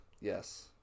Yes